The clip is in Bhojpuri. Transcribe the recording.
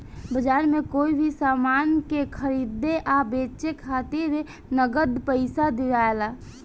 बाजार में कोई भी सामान के खरीदे आ बेचे खातिर नगद पइसा दियाला